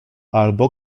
albo